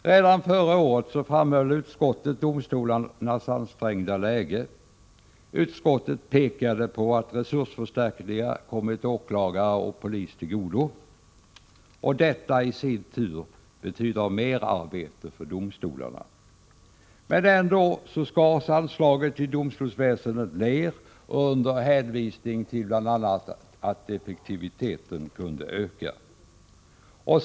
Redan förra året framhöll utskottet domstolarnas ansträngda läge. Utskottet pekade på att resursförstärkningar kommit åklagare och polis till godo. Detta i sin tur betyder merarbete för domstolarna. Men ändå skars anslaget till domstolsväsendet ner — under hänvisning till bl.a. att effektiviteten kunde öka.